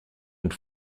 und